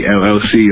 llc